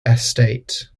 estate